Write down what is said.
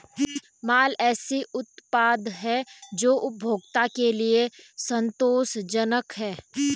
माल ऐसे उत्पाद हैं जो उपभोक्ता के लिए संतोषजनक हैं